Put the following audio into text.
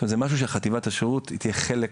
זה משהו שחטיבת השירות תהיה חלק.